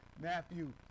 Matthew